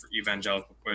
evangelical